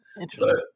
Interesting